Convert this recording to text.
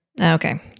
Okay